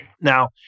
Now